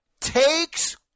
takes